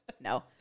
No